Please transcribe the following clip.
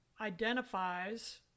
identifies